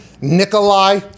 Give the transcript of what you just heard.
Nikolai